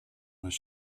was